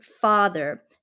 father